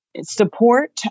support